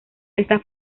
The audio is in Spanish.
está